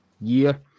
year